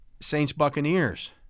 Saints-Buccaneers